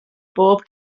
bob